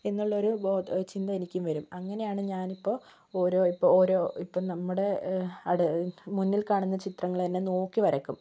എന്നുള്ളൊരു ബോധം ചിന്ത എനിക്കും വരും അങ്ങനെയാണ് ഞാനിപ്പോൾ ഓരോ ഇപ്പോൾ ഓരോ ഇപ്പം നമ്മുടെ അട മുന്നിൽ കാണുന്ന ചിത്രങ്ങൾ തന്നെ നോക്കി വരയ്ക്കും